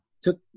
took